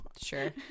Sure